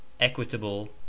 equitable